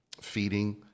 feeding